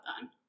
done